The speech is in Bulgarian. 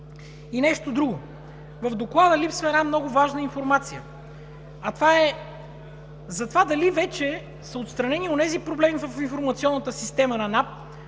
И нещо друго. В Доклада липсва една много важна информация за това дали вече са отстранени онези проблеми в информационната система на НАП,